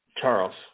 Charles